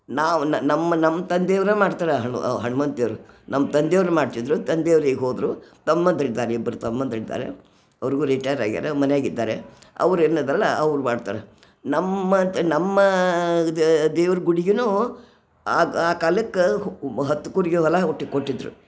ನಾವು ನಮ್ಮ ನಮ್ಮ ತಂದೆಯವರ ಮಾಡ್ತಾರೆ ಹಣು ಹನುಮಾನ್ ದೇವರು ನಮ್ಮ ತಂದೆಯವರು ಮಾಡ್ತಿದ್ದರು ತಂದೆಯವರು ಈಗ ಹೋದರು ತಮ್ಮಂದ್ರಿದ್ದಾರೆ ಇಬ್ಬರು ತಮ್ಮಂದ್ರಿದ್ದಾರೆ ಅವರಿಗೂ ರಿಟೈರ್ ಆಗ್ಯಾರೆ ಮನೆಯಾಗೆ ಇದ್ದಾರೆ ಅವರು ಏನದರಲ್ಲ ಅವ್ರ ಮಾಡ್ತಾರೆ ನಮ್ಮ ತ ನಮ್ಮ ದೇವರು ಗುಡಿಗೆನು ಆ ಆ ಕಾಲಕ್ಕೆ ಹತ್ತು ಹೊಲ ಹುಟ್ಟಿ ಕೊಟ್ಟಿದ್ದರು